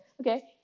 Okay